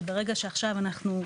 שברגע שעכשיו אנחנו,